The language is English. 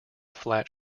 flat